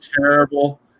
terrible